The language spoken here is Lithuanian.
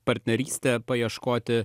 partnerystę paieškoti